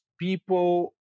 people